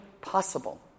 possible